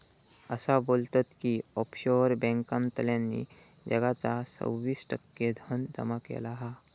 असा बोलतत की ऑफशोअर बॅन्कांतल्यानी जगाचा सव्वीस टक्के धन जमा केला हा